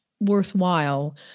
worthwhile